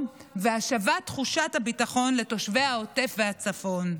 והשבת תחושת הביטחון לתושבי העוטף והצפון.